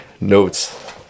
notes